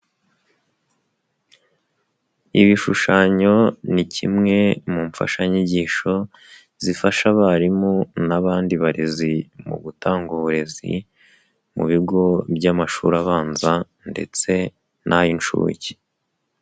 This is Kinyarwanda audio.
Ibishushanyo ni kimwe mu mfashanyigisho zifasha abarimu n'abandi barezi mu gutanga uburezi mu bigo by'amashuri abanza ndetse n'ay'incuke.